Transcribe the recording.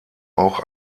auch